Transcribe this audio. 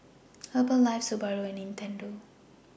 Herbalife Subaru and Nintendo